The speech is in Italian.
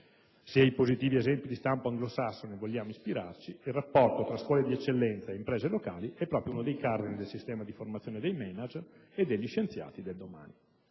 Se ai positivi esempi di stampo anglosassone vogliamo ispirarci, il rapporto tra scuole di eccellenza e imprese locali è proprio uno dei cardini del sistema di formazione dei *manager* e degli scienziati del domani.